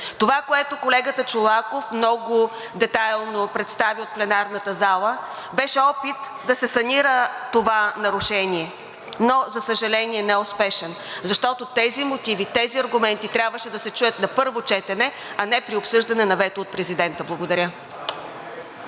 Това, което колегата Чолаков много детайлно представи в пленарната зала, беше опит да се санира това нарушение, но, за съжаление, неуспешен. Защото тези мотиви, тези аргументи трябваше да се чуят на първо четене, а не при обсъждане на вето от президента. Благодаря.